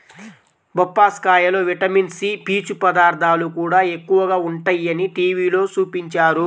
బొప్పాస్కాయలో vitamin C, పీచు పదార్థాలు కూడా ఎక్కువగా ఉంటయ్యని టీవీలో చూపించారు